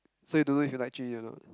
so you don't know if you like Jun-Yi or not